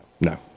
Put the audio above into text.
no